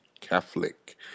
Catholic